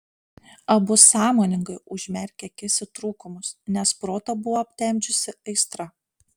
abu sąmoningai užmerkė akis į trūkumus nes protą buvo aptemdžiusi aistra